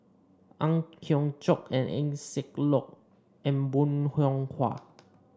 Ang Hiong Chiok and Eng Siak Loy and Bong Hiong Hwa